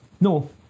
no